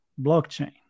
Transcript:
blockchain